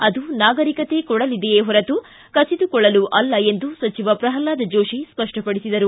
ಅದು ನಾಗರೀಕತೆ ಕೊಡಲಿದೆಯೇ ಹೊರತು ಕಸಿದುಕೊಳ್ಳಲು ಅಲ್ಲ ಎಂದು ಸಚಿವ ಪ್ರಹ್ಲಾದ್ ಜೋಶಿ ಸ್ಪಷ್ಟಪಡಿಸಿದರು